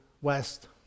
west